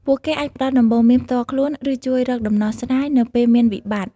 ពួកគេអាចផ្តល់ដំបូន្មានផ្ទាល់ខ្លួន ឬជួយរកដំណោះស្រាយនៅពេលមានវិបត្តិ។